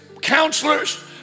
counselors